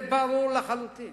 זה ברור לחלוטין